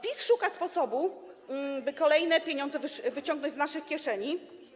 PiS szuka sposobu, by kolejne pieniądze wyciągnąć z naszych kieszeni.